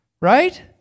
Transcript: Right